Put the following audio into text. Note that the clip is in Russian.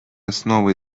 основой